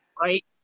Right